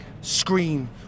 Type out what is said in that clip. scream